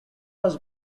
was